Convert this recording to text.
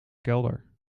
kelder